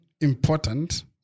important